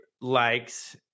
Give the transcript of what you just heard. likes